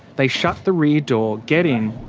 they shut the rear door, get in,